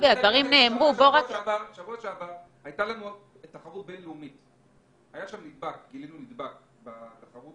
שבוע שעבר הייתה לנו תחרות בין-לאומית וגילינו נדבק בתחרות